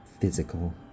physical